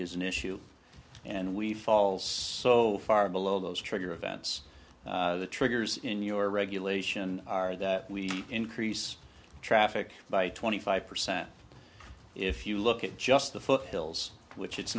is an issue and we falls so far below those trigger events the triggers in your regulation are that we increase traffic by twenty five percent if you look at just the foothills which it's